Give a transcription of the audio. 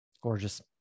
Gorgeous